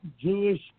Jewish